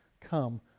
come